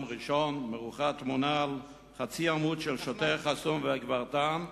ראשון מרוחה תמונה על חצי עמוד של שוטר חסון וגברתן,